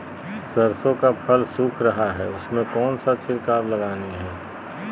सरसो का फल सुख रहा है उसमें कौन सा छिड़काव लगानी है?